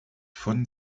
von